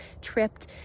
tripped